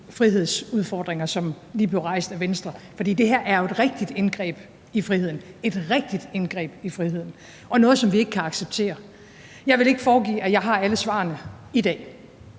frihedsudfordringer, der lige blev rejst af Venstre. For det her er jo et rigtigt indgreb i friheden – et rigtigt indgreb i friheden! – og noget, som vi ikke kan acceptere. Jeg vil ikke foregive, at jeg har alle svarene i dag.